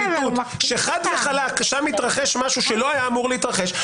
שחד וחלק שם התרחש משהו שלא היה אמור להתרחש,